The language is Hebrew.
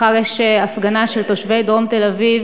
מחר יש הפגנה של תושבי דרום תל-אביב